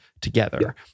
together